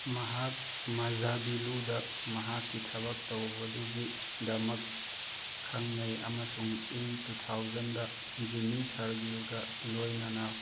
ꯃꯍꯥꯛ ꯃꯖꯥꯕꯤꯂꯨꯗ ꯃꯍꯥꯛꯀꯤ ꯊꯕꯛ ꯇꯧꯕꯗꯨꯒꯤꯗꯃꯛ ꯈꯪꯅꯩ ꯑꯃꯁꯨꯡ ꯏꯪ ꯇꯨ ꯊꯥꯎꯖꯟꯗ ꯖꯤꯝꯃꯤ ꯁꯥꯔꯒꯤꯜꯂ ꯂꯣꯏꯅꯅ